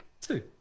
Two